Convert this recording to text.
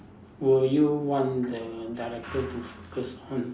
will you want the director to focus on